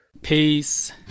Peace